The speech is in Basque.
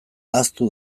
ahaztu